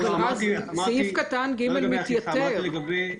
לא אמרתי לגבי אכיפה.